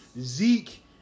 Zeke